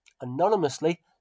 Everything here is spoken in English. anonymously